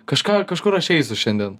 kažką kažkur aš eisiu šiandien